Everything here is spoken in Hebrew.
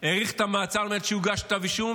האריך את המעצר עד שיוגש כתב אישום,